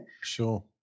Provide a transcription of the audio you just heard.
Sure